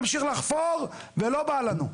הוא ימשיך לחפור ולא בא לנו.